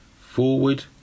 forward